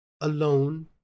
Alone